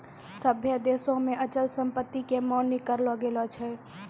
सभ्भे देशो मे अचल संपत्ति के मान्य करलो गेलो छै